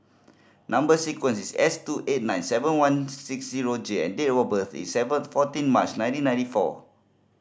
number sequence is S two eight nine seven one six zero J and date of birth is seventh fourteen March nineteen ninety four